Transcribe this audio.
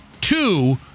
Two